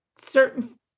certain